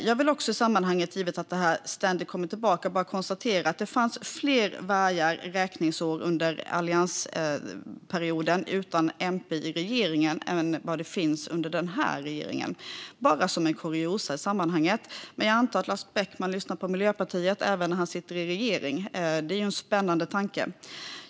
Jag vill i sammanhanget, givet att detta ständigt kommer tillbaka, bara konstatera att det fanns fler vargar under alliansperioden utan MP i regeringen än vad det finns under denna regering. Det säger jag som kuriosa i sammanhanget. Men jag antar att Lars Beckman lyssnar på Miljöpartiet även när han sitter i regering. Det är en spännande tanke.